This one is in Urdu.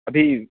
ابھی